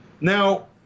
Now